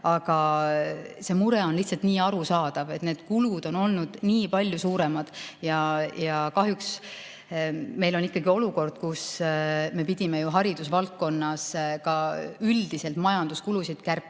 aga see mure on lihtsalt nii arusaadav. Need kulud on olnud nii palju suuremad ja kahjuks meil on ikkagi olukord, kus me pidime ju haridusvaldkonnas ka üldiselt majanduskulusid kärpima.